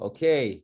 Okay